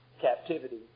captivity